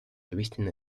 twisting